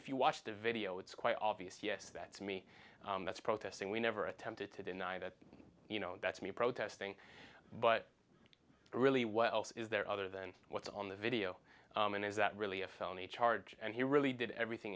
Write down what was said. if you watch the video it's quite obvious yes that to me that's protesting we never attempted to deny that you know that's me protesting but really what else is there other than what's on the video and is that really a felony charge and he really did everything